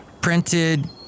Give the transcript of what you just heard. Printed